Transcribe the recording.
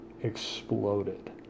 exploded